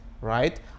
right